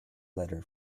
letter